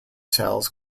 cells